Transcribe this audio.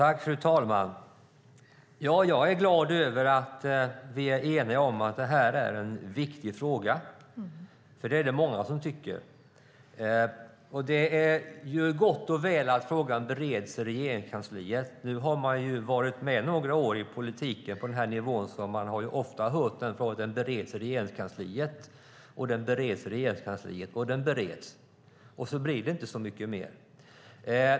Fru talman! Jag är glad att vi är eniga om att det här är en viktig fråga. Det är det många som tycker. Det är gott och väl att frågan bereds i Regeringskansliet. Jag har ju varit med i politiken några år på den här nivån, så jag har ofta hört att frågor bereds i Regeringskansliet. De bereds, och sedan blir det inte så mycket mer.